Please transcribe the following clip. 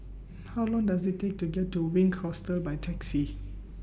How Long Does IT Take to get to Wink Hostel By Taxi